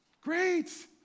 Great